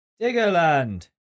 Diggerland